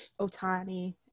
Otani